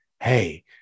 hey